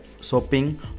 shopping